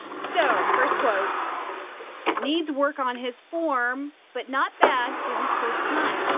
so first quote needs work on his form, but not bad for his first time.